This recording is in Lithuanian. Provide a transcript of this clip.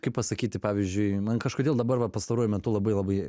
kaip pasakyti pavyzdžiui man kažkodėl dabar va pastaruoju metu labai labai